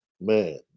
Man